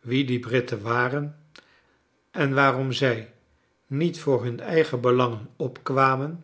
wie die britten waren en waarom zij niet voor hun eigen belangen opkwamen